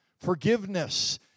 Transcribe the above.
forgiveness